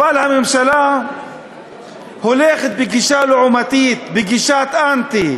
אבל הממשלה הולכת בגישה לעומתית, בגישת אנטי,